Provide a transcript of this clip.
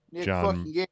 John